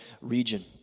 region